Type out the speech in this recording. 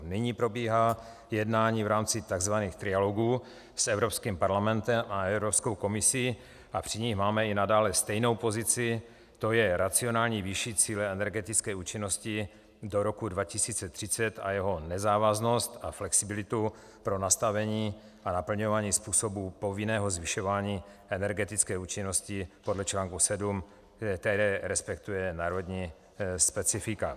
Nyní probíhá jednání v rámci tzv. trialogů s Evropským parlamentem a Evropskou komisí a při nich máme i nadále stejnou pozici, tj. racionální vyšší cíle energetické účinnosti do roku 2030 a jeho nezávaznost a flexibilitu pro nastavení a naplňování způsobů povinného zvyšování energetické účinnosti podle článku 7, které respektuje národní specifika.